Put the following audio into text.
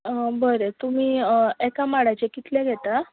बरें तुमी एका माडाचे कितले घेता